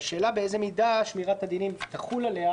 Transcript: והשאלה באיזו מידה שמירת הדינים תחול עליה